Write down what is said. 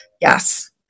yes